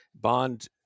Bond